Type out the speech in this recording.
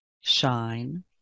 shine